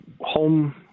Home